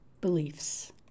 beliefs